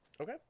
Okay